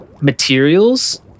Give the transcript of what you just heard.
materials